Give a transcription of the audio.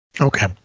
Okay